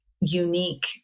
unique